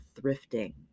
Thrifting